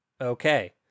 Okay